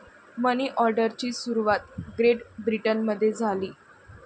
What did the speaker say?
मनी ऑर्डरची सुरुवात ग्रेट ब्रिटनमध्ये झाली